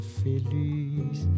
feliz